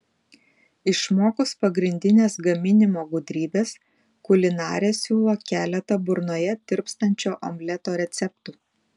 išmokus pagrindines gaminimo gudrybes kulinarė siūlo keletą burnoje tirpstančio omleto receptų